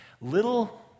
little